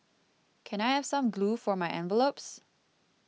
can I have some glue for my envelopes